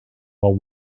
while